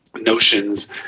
notions